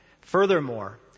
Furthermore